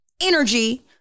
energy